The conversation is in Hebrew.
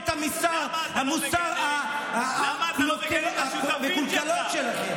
אבל למה אתה לא מגנה את השותפים שלך?